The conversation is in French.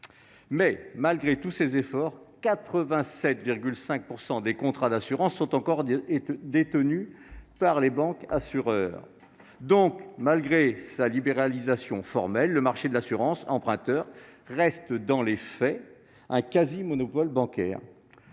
au Sénat en 2019. Cependant, 87,5 % des contrats d'assurance sont encore détenus par des bancassureurs. Malgré sa libéralisation formelle, le marché de l'assurance emprunteur reste donc, dans les faits, un quasi-monopole bancaire.